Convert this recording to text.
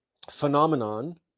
phenomenon